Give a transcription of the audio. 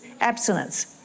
abstinence